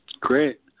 Great